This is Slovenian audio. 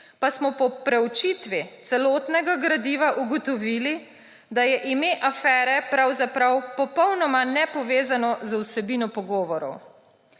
pa smo po preučitvi celotnega gradiva ugotovili, da je ime afere pravzaprav popolnoma nepovezano z vsebino pogovorov.